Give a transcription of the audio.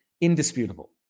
indisputable